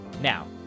Now